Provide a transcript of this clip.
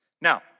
Now